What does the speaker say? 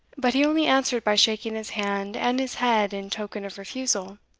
but he only answered by shaking his hand and his head in token of refusal.